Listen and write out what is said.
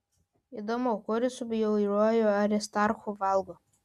įdomu kur jis su bjauriuoju aristarchu valgo